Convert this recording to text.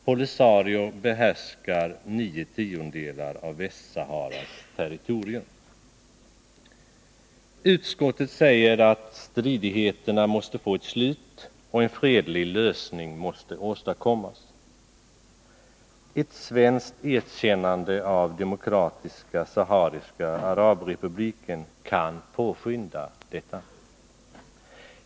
POLISARIO behärskar nio tiondelar av Västsaharas territorium. Utskottet säger att stridigheterna måste få ett slut och en fredlig lösning åstadkommas. Ett svenskt erkännande av Demokratiska sahariska arabrepubliken kan påskynda detta.